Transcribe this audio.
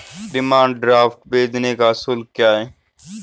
Demand draft भेजने का शुल्क क्या है?